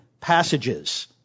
passages